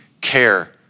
care